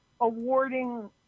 awarding